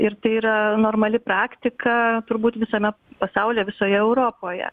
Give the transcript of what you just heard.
ir tai yra normali praktika turbūt visame pasaulyje visoje europoje